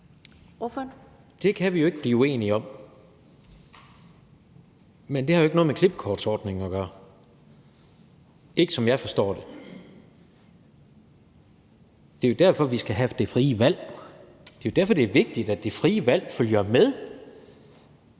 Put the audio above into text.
(KD): Det kan vi ikke blive uenige om. Men det har jo ikke noget med klippekortsordningen at gøre, som jeg forstår det. Det er jo derfor, vi skal have det frie valg. Det er jo derfor, det er vigtigt, at det frie valg mellem